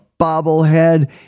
bobblehead